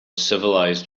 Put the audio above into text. civilized